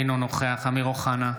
אינו נוכח אמיר אוחנה,